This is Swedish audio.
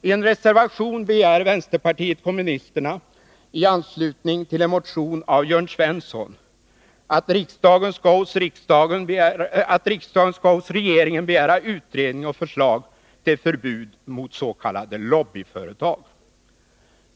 I en reservation begär vänsterpartiet kommunisterna, i anslutning till en motion av Jörn Svensson, att riksdagen skall hos regeringen begära utredning om och förslag till förbud mot s.k. lobbyföretag.